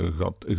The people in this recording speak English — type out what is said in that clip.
gaat